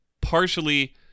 partially